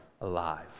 alive